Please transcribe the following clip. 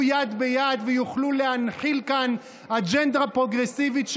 יד ביד ויוכלו להנחיל כאן אג'נדה פרוגרסיבית,